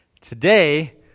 Today